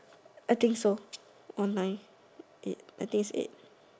I think so online eight I think is eight